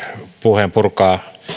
puheen purkaa